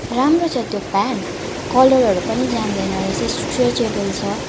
राम्रो छ त्यो पेन्ट कलरहरू पनि जाँदैन रहेछ स्ट्रेचेबल छ